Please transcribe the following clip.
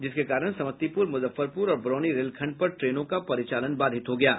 जिसके कारण समस्तीपुर मुजफ्फरपुर और बरौनी रेलखंड पर ट्रेनों का परिचालन बाधित हो गया है